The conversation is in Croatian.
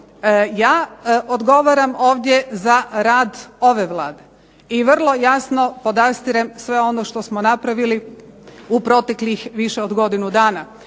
Ja odgovaram ovdje za rad ove Vlade i vrlo jasno podastirem sve ono što smo napravili u proteklih više od godinu dana.